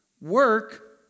Work